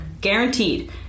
Guaranteed